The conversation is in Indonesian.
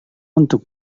untuk